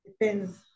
depends